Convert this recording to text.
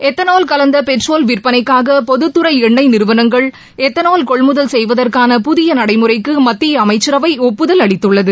ethanol கலந்தபெட்ரோல் விற்பனைக்காகபொதத்தறைஎண்ணெய் நிறுவனங்கள் எத்தனால் கொள்முதல் செய்வதற்கான புதியநடைமுறைக்குமத்தியஅமைச்சரவைஒப்புதல் அளித்துள்ளது